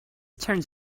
turns